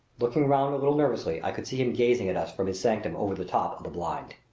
looking round a little nervously i could see him gazing at us from his sanctum over the top of the blind!